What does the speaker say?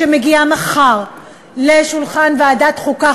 שמגיעה מחר לשולחן ועדת החוקה,